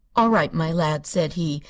all right, my lad, said he.